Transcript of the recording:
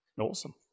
Awesome